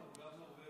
הוא גם נורבגי,